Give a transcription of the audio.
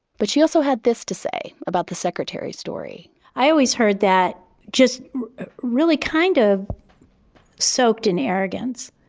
but she also had this to say about the secretary story i always heard that just really kind of soaked in arrogance.